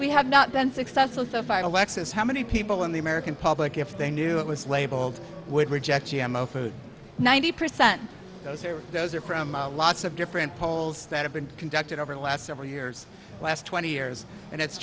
we have not been successful to fight alexis how many people in the american public if they knew it was labeled would reject g m o food ninety percent those are those are from lots of different polls that have been conducted over the last several years last twenty years and it's